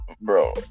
bro